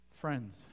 Friends